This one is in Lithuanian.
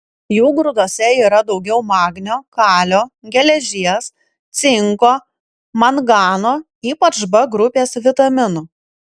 jų grūduose yra daugiau magnio kalio geležies cinko mangano ypač b grupės vitaminų